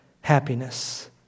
happiness